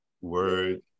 word